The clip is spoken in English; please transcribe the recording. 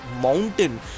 mountain